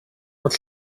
fod